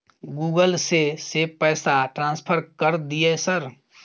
Google से से पैसा ट्रांसफर कर दिय सर?